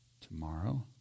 tomorrow